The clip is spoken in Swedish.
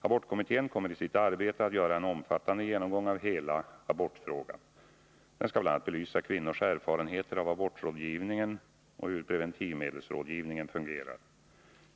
Abortkommittén kommer i sitt arbete att göra en omfattande genomgång av hela abortfrågan. Den skall bl.a. belysa kvinnors erfarenheter av abortrådgivningen och hur preventivmedelsrådgivningen fungerar.